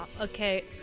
Okay